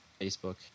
facebook